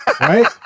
right